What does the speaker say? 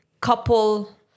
couple